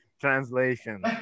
Translation